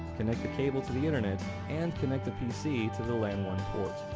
connect the cable to the internet and connect a pc to the lan one port.